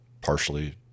partially